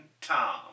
Tom